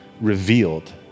Revealed